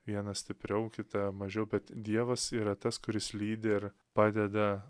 vieną stipriau kitą mažiau bet dievas yra tas kuris lydi ir padeda